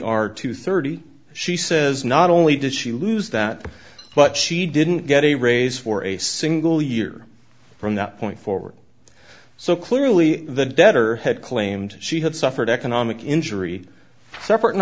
r to thirty she says not only did she lose that but she didn't get a raise for a single year from that point forward so clearly the debtor had claimed she had suffered economic injury separate and